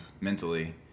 mentally